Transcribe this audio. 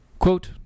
Quote